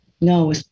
no